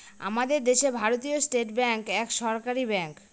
আমাদের দেশে ভারতীয় স্টেট ব্যাঙ্ক এক সরকারি ব্যাঙ্ক